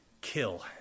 kill